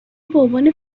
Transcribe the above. بعنوان